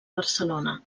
barcelona